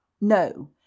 no